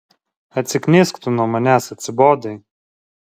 atsiknisk tu nuo manęs atsibodai